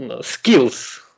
skills